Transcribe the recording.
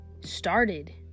started